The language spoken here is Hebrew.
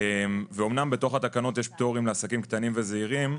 אמנם בתוך התקנות יש פטורים לעסקים קטנים וזעירים,